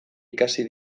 ikasi